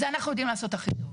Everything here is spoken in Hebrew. זה אנחנו יודעים לעשות הכי טוב.